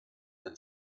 than